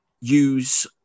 use